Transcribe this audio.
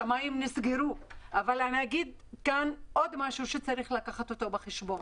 השמיים נסגרו אבל יש עוד משהו שצריך לקחת אותו בחשבון.